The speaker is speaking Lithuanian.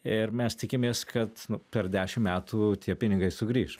ir mes tikimės kad per dešim metų tie pinigai sugrįš